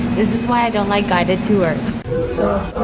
this is why i don't like guided tours so